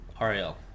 Ariel